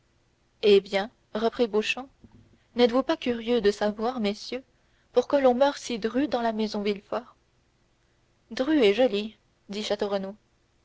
eh bien reprit beauchamp n'êtes-vous pas curieux de savoir messieurs pourquoi l'on meurt si dru dans la maison villefort dru est joli dit